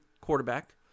quarterback